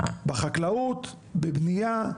בחקלאות בבנייה,